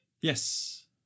Yes